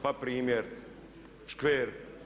Pa primjer škver.